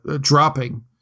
dropping